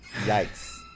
yikes